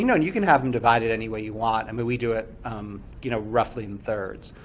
you know and you can have them divide it any way you want. and but we do it you know roughly in thirds,